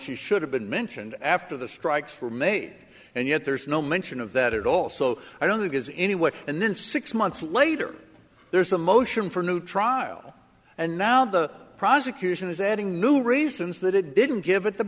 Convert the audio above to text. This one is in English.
she should have been mentioned after the strike for may and yet there's no mention of that at all so i don't think is any what and then six months later there's a motion for a new trial and now the prosecution is adding new reasons that it didn't give it t